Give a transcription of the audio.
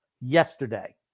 Yesterday